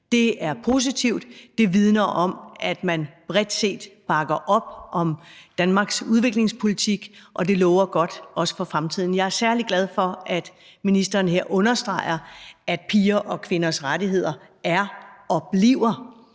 Det er positivt; det vidner om, at man bredt set bakker op om Danmarks udviklingspolitik, og det lover godt for fremtiden. Jeg er særlig glad for, at ministeren her understreger, at pigers og kvinders rettigheder er og bliver